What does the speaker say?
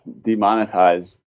demonetize